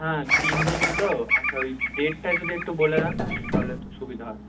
হ্যাঁ তিন দিন তো আচ্ছা ওই ডেটটা যদি একটু বলে দেন তাহলে একটু সুবিধা হয়